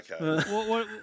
Okay